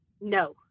no